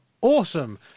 awesome